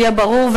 שיהיה ברור.